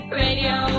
radio